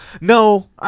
no